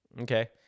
Okay